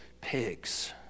pigs